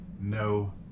no